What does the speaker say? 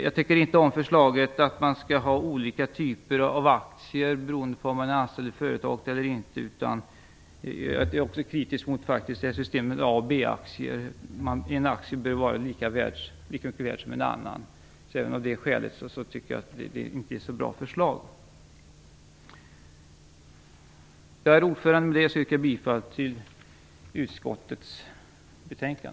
Jag tycker inte om förslaget om olika aktietyper, som är beroende av om ägaren är anställd i företaget eller inte. Jag är faktiskt också kritisk mot systemet med A och B-aktier. Den ena aktien bör vara lika mycket värd som den andra, och av det skälet tycker jag att detta förslag inte är så bra. Herr talman! Jag yrkar bifall till utskottets hemställan.